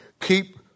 keep